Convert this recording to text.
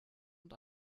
und